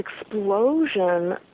explosion